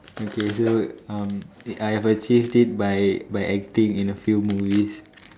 okay do um I have achieve it by by acting in a few movies